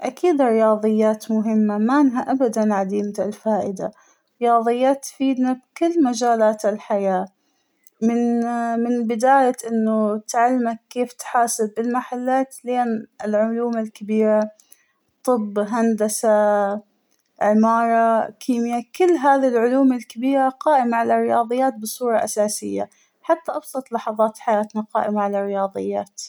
أكيد الرياضيات مهمة مانها أبداً عديمة الفائدة ، الرياضيات تفيدنا بكل مجالات الحياة ، من بداية ااا- إنه تعلمك كيف تحاسب بالمحلات لين العلوم الكبيرة طب هندسة عمارة كميا ، كل هذى العلوم الكبيرة قائمة على الرياضيات بصورة أساسية ، حتى أبسط لحظات حياتنا قائمة على الرياضيات.